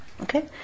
Okay